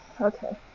Okay